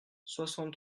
soixante